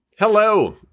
Hello